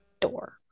door